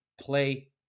play